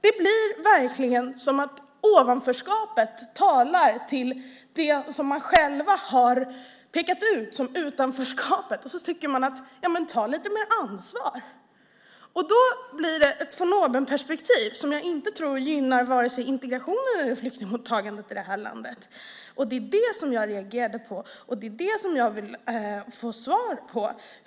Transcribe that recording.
Det blir verkligen som att ovanförskapet talar till det som man själv har pekat ut som utanförskapet. Man tycker: Men ta lite mer ansvar! Då blir det ett von oben perspektiv som jag inte tror gynnar vare sig integrationen eller flyktingmottagandet i landet. Det var det som jag reagerade på, och det är det som jag vill få svar på.